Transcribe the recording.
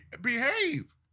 behave